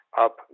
up